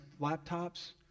laptops